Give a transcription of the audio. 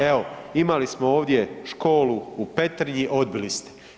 Evo imali smo ovdje školu u Petrinji, odbili ste.